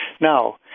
Now